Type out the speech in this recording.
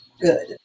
good